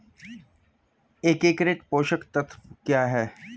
एकीकृत पोषक तत्व क्या है?